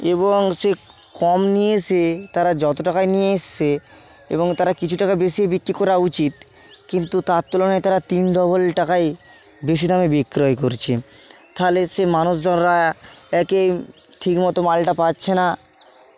এবং সে কম নিয়ে এসে তারা যত টাকায় নিয়ে এসছে এবং তারা কিছু টাকা বেশি বিক্রি করা উচিত কিন্তু তার তুলনায় তারা তিন ডবল টাকায় বেশি দামে বিক্রয় করছে তাহলে সেই মানুষজনরা একেই ঠিক মতো মালটা পাচ্ছে না